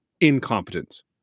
incompetence